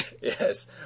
Yes